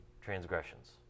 transgressions